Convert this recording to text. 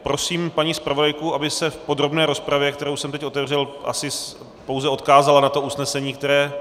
Prosím paní zpravodajku, aby se v podrobné rozpravě, kterou jsem teď otevřel, asi pouze odkázala na to usnesení, které...